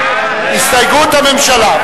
הסתייגות הממשלה.